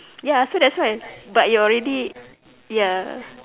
ya so that's why but you're already ya